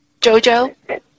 Jojo